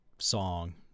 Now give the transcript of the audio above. song